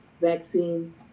vaccine